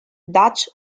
dutch